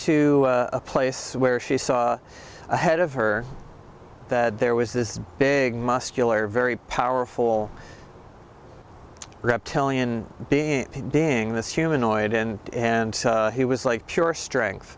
to a place where she saw ahead of her that there was this big muscular very powerful reptilian being being this humanoid in and he was like pure strength